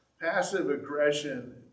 passive-aggression